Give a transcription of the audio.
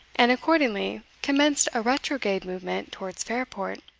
and accordingly commenced a retrograde movement towards fairport.